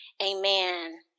Amen